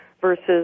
versus